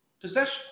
possession